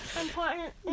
Important